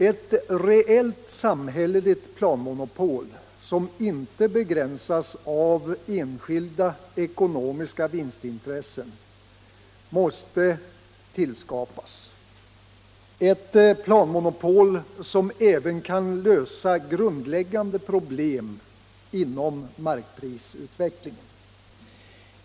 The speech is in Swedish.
Ett reellt samhälleligt planmonopol som inte begränsas av enskilda ekonomiska vinstintressen måste tillskapas samt ett planmonopol som även kan lösa grundläggande problem inom markprisutvecklingen.